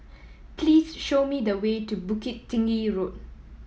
please show me the way to Bukit Tinggi Road